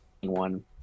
one